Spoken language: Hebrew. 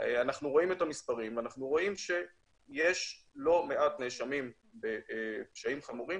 אנחנו רואים את המספרים ואנחנו רואים שיש לא מעט נאשמים בפשעים חמורים